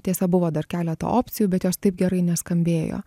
tiesa buvo dar keleta opcijų bet jos taip gerai neskambėjo